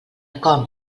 com